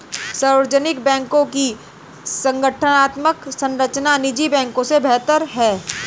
सार्वजनिक बैंकों की संगठनात्मक संरचना निजी बैंकों से बेहतर है